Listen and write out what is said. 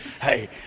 Hey